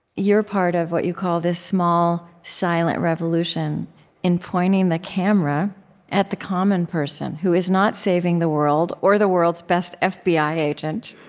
you're part of what you call this small, silent revolution in pointing the camera at the common person who is not saving the world, or the world's best ah fbi agent,